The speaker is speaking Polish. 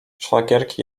szwagierki